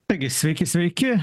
irgi sveiki sveiki